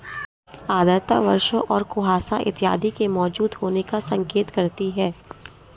आर्द्रता वर्षा और कुहासा इत्यादि के मौजूद होने का संकेत करती है